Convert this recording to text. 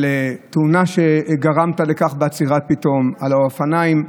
על תאונה שגרמת לה בעצירת פתאומית עם האופניים.